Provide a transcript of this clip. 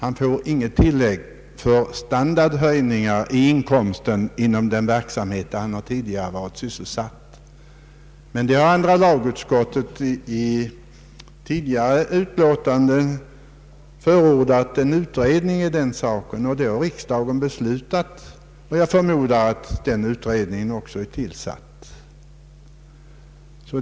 Han får inget tillägg för standardhöjningar i inkomsten inom den verksamhet där han tidigare varit sysselsatt. Andra lagutskottet har tidigare förordat en utredning om detta, riksdagen har beslutat den, och jag förmodar att den utredningen också är tillsatt.